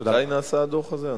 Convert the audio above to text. מתי נעשה הדוח הזה?